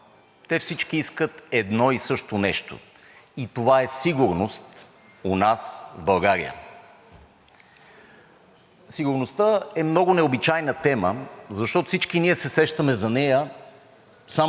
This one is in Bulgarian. Сигурността е много необичайна тема, защото всички ние се сещаме за нея само когато стане напечено. Когато е мирно и тихо, не се сещаме за сигурността. Но сега, когато до нас бушува война,